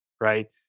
right